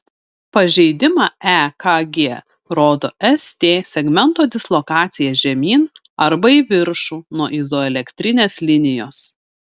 pažeidimą ekg rodo st segmento dislokacija žemyn arba į viršų nuo izoelektrinės linijos